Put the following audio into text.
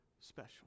special